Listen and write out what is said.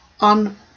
on